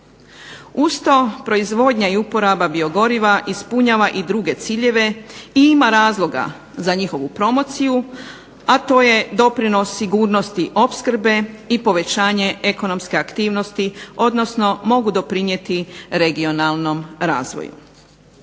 Uz to proizvodnja i uporaba biogoriva ispunjava i druge ciljeve i ima razloga za njihovu promociju, a to je doprinos sigurnosti opskrbe i povećanje ekonomske aktivnosti, odnosno mogu doprinijeti regionalnom razvoju.